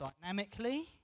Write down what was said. dynamically